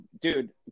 dude